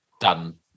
done